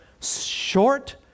short